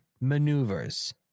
maneuvers